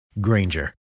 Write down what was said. Granger